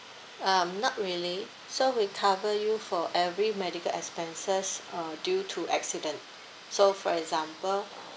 um not really so we cover you for every medical expenses uh due to accident so for example